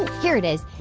and here it is.